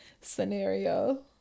scenario